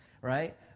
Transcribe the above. right